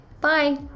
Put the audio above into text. bye